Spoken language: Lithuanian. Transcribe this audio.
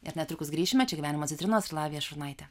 ir netrukus grįšime čia gyvenimo citrinos su lavija šurnaite